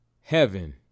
heaven